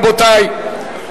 רבותי,